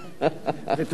תודה לך,